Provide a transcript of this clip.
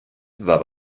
war